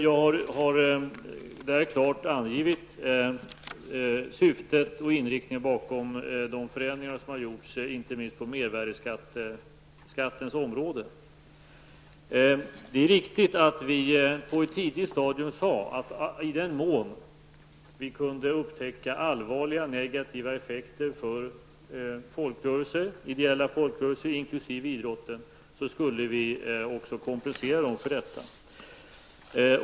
Jag har där klart angivit syftet och inriktningen bakom de förändringar som har gjorts, inte minst på mervärdeskattens område. Det är riktigt att vi på ett tidigt stadium sade, att i den mån vi kunde upptäcka allvarliga negativa effekter för ideella folkrörelser, inkl.idrotten, skulle vi också kompensera dem för detta.